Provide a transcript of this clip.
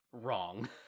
wrong